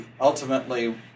ultimately